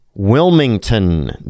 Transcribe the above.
Wilmington